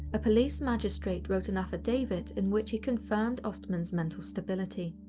a police magistrate wrote an affidavit in which he confirmed ostman's mental stability.